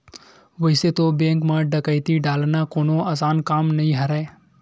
वइसे तो बेंक म डकैती डालना कोनो असान काम नइ राहय